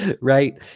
right